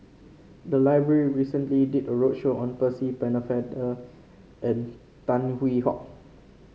the library recently did a roadshow on Percy Pennefather and Tan Hwee Hock